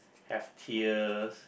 have tears